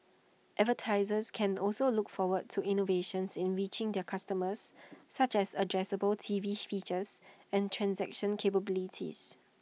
advertisers can also look forward to innovations in reaching their customers such as addressable T V features and transaction capabilities